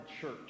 church